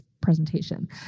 presentation